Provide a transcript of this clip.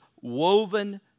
woven